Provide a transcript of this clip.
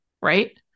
right